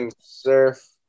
surf